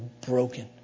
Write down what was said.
broken